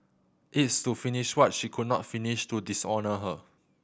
it's to finish what she could not finish to dishonour her